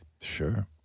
sure